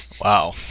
Wow